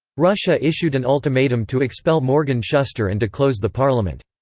russia issued an ultimatum to expel morgan shuster and to close the parliament.